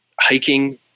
hiking